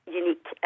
unique